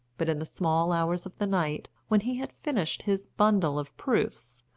but in the small hours of the night, when he had finished his bundle of proofs,